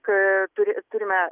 kai turi turime